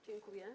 Dziękuję.